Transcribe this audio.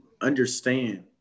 understand